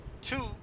two